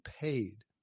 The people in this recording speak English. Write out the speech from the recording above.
paid